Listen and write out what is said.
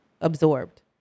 absorbed